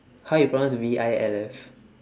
how you pronounce V I L F